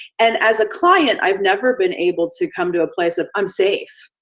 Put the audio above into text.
and as a client i've never been able to come to a place of i'm safe.